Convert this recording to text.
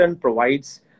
provides